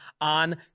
on